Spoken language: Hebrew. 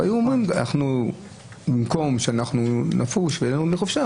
ואומרים: במקום שנצא לנופש ונהנה מחופשה,